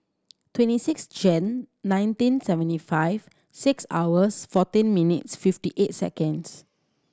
twenty six Jan nineteen seventy five six hours fourteen minutes fifty eight seconds